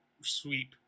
sweep